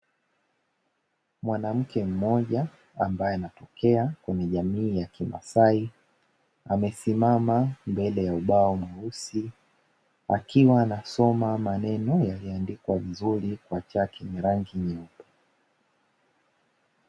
Mwanamke mmoja ambaye anatokea kwenye jamii ya kimasai, amesimama mbele ya ubao mweusi akiwa anasoma maneno yaliandikwa vizuri kwa chaki yenye rangi nyeupe.